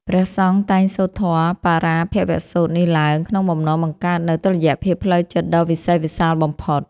ព្រះសង្ឃតែងសូត្រធម៌បរាភវសូត្រនេះឡើង ក្នុងបំណងបង្កើតនូវតុល្យភាពផ្លូវចិត្តដ៏វិសេសវិសាលបំផុត។